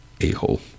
a-hole